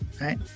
right